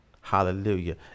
Hallelujah